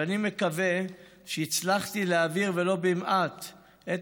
ואני מקווה שהצלחתי להעביר ולו במעט את